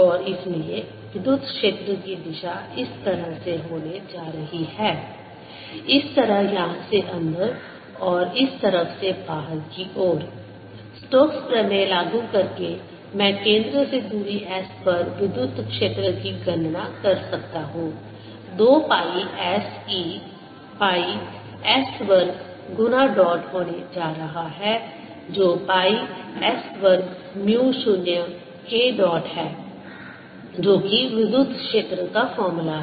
और इसलिए विद्युत क्षेत्र की दिशा इस तरह से होने जा रही है इस तरह यहाँ से अंदर और इस तरफ से बहार की ओर स्टोक प्रमेय लागू करके मैं केंद्र से दूरी S पर विद्युत क्षेत्र की गणना कर सकता हूँ 2 pi S E pi S वर्ग गुना डॉट होने जा रहा है जो पाई S वर्ग म्यू 0 K डॉट है जो कि विद्युत क्षेत्र का फॉर्मूला है